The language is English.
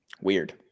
Weird